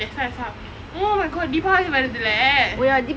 that's why that's why oh my god deepavali வருதுலே:varuthule